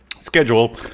schedule